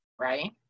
Right